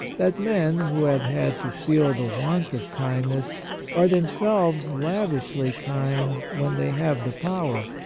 that men who have had to feel the want of kindness are themselves lavishly kind when they have the power.